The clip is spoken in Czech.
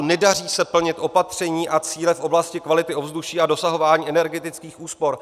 Nedaří se plnit opatření a cíle v oblasti kvality ovzduší a dosahování energetických úspor.